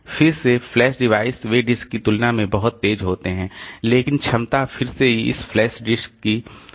फिर से flash device वे डिस्क की तुलना में बहुत तेज होते हैं लेकिन क्षमता फिर से यह इस फ्लैश की कम है